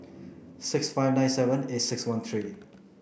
six five nine seven eight six one three